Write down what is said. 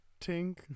tink